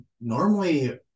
normally